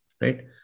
right